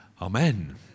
Amen